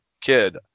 kid